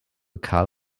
karl